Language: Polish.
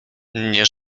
nie